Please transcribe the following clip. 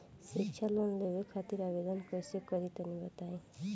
शिक्षा लोन लेवे खातिर आवेदन कइसे करि तनि बताई?